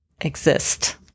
exist